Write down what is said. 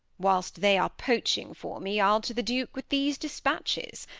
whilst they are poching for me, i'll to the duke with these dispatches,